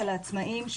של העצמאיים,